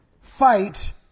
fight